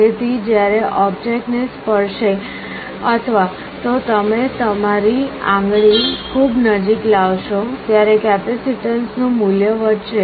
તેથી જ્યારે ઑબ્જેક્ટ ને સ્પર્શે અથવા તો તમે તમારી આંગળી ખૂબ નજીક લાવશો ત્યારે કેપેસિટન્સનું મૂલ્ય વધશે